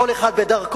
כל אחד בדרכו,